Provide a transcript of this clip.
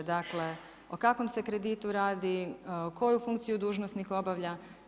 Dakle o kakvom se kreditu radi, koju funkciju dužnosnik obavlja.